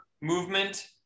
movement